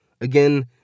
Again